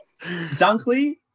Dunkley